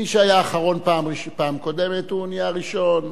מי שהיה אחרון פעם קודמת, הוא נהיה ראשון.